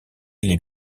les